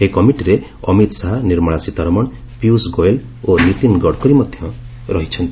ଏହି କମିଟିରେ ଅମିତ୍ ଶାହା ନିର୍ମଳା ସୀତାରମଣ ପୀୟୁଷ ଗୋୟଲ୍ ଓ ନୀତିନ୍ ଗଡ଼କରୀ ମଧ୍ୟ ରହିଛନ୍ତି